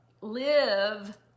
live